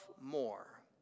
more